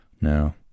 no